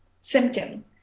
symptom